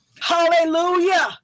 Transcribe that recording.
Hallelujah